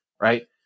right